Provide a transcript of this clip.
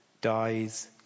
dies